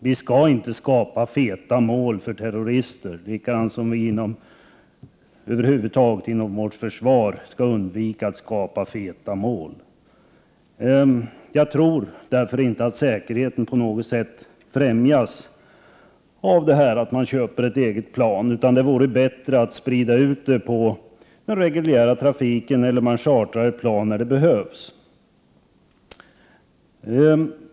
Vi skall inte skapa feta mål för terrorister, liksom vi inom vårt försvar skall undvika att skapa feta mål. Jag tror därför inte att säkerheten på något sätt främjas av att man köper ett eget plan. Det vore bättre att sprida ut transporterna på den reguljära trafiken eller chartra plan när det behövs.